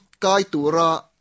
kaitura